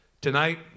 Tonight